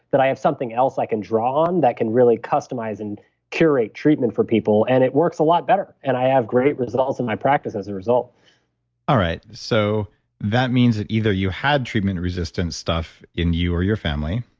that i have something else i can draw on that can really customize and curate treatment for people. and it works a lot better, and i have great results in my practice as a result all right, so that means that either you had treatment resistance stuff in you or your family,